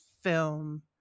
film